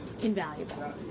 invaluable